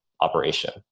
operation